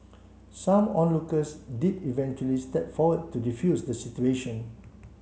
some onlookers did eventually step forward to defuse the situation